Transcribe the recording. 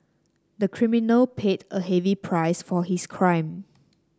the criminal paid a heavy price for his crime